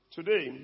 Today